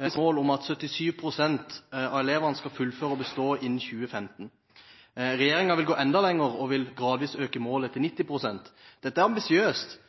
I Vest-Agder har vi satt et ambisiøst mål om at 77 pst. av elevene skal fullføre og bestå innen 2015. Regjeringen vil gå enda lenger og vil gradvis øke målet til 90 pst. Dette er ambisiøst,